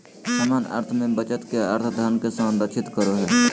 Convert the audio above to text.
सामान्य अर्थ में बचत के अर्थ धन के संरक्षित करो हइ